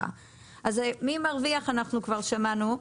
מי מרוויח אנחנו כבר שמענו,